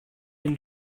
been